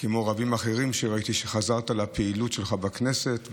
כמו רבים אחרים, לראות שחזרת לפעילות שלך בכנסת.